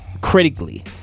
critically